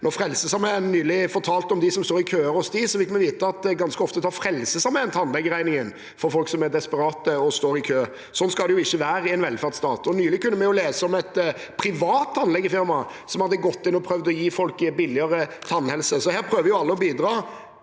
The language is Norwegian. Da Frelsesarmeen nylig fortalte om dem som står i køer hos dem, fikk vi vite at det ganske ofte er Frelsesarmeen som tar tannlegeregningen for folk som er desperate og står i kø. Slik skal det ikke være i en velferdsstat. Nylig kunne vi også lese om et privat tannlegefirma som hadde prøvd å gi folk billigere tannhelse. Her prøver alle å bidra